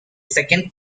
second